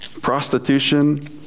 prostitution